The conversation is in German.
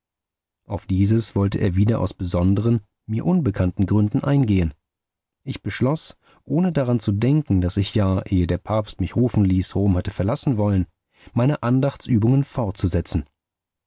auf dieses wollte er wieder aus besonderen mir unbekannten gründen eingehen ich beschloß ohne daran zu denken daß ich ja ehe der papst mich rufen ließ rom hatte verlassen wollen meine andachtsübungen fortzusetzen